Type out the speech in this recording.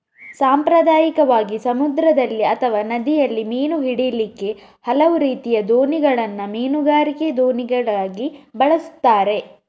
ಸಾಂಪ್ರದಾಯಿಕವಾಗಿ ಸಮುದ್ರದಲ್ಲಿ ಅಥವಾ ನದಿಯಲ್ಲಿ ಮೀನು ಹಿಡೀಲಿಕ್ಕೆ ಹಲವು ರೀತಿಯ ದೋಣಿಗಳನ್ನ ಮೀನುಗಾರಿಕೆ ದೋಣಿಗಳಾಗಿ ಬಳಸ್ತಾರೆ